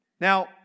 Now